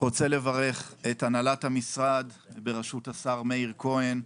לברך את הנהלת המשרד בראשות השר מאיר כהן,